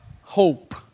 hope